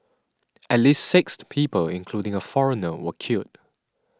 at least six people including a foreigner were killed